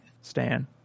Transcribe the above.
Stan